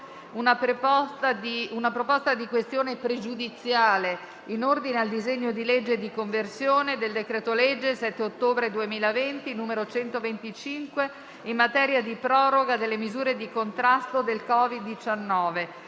una proposta di questione pregiudiziale in ordine al disegno di legge di conversione del decreto-legge 7 ottobre 2020, n. 125, in materia di proroga delle misure di contrasto del Covid-19.